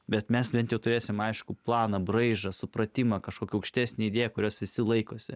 bet mes bent jau turėsim aiškų planą braižą supratimą kažkokią aukštesnę idėją kurios visi laikosi